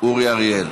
אורי אריאל.